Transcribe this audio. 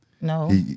No